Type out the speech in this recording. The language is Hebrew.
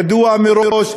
ידוע מראש,